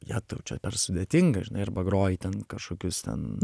ne tau čia per sudėtinga žinai arba groji ten kažkokius ten